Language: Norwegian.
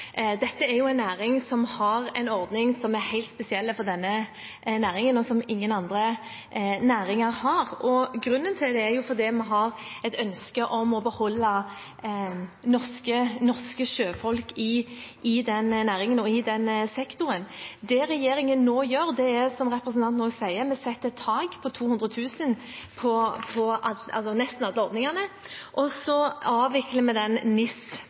Dette er jo en næring som har en ordning som er helt spesiell for denne næringen, og som ingen andre næringer har. Grunnen til det er at vi har et ønske om å beholde norske sjøfolk i den næringen og i den sektoren. Det regjeringen nå gjør, er, som representanten også sier, at vi setter et tak på 200 000 kr på nesten alle ordningene, og så avvikler